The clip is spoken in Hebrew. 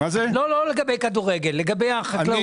לא לגבי כדורגל, לגבי החקלאות.